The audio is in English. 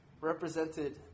represented